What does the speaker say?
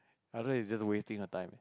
I think it's just wasting you time